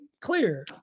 clear